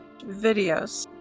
videos